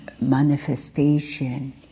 manifestation